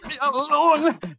alone